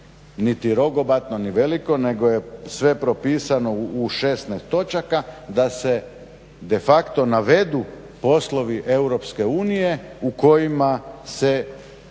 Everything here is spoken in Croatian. niti rogobatno ni veliko nego je sve propisano u 16 točaka da se defacto navedu poslovi Europske unije u kojima se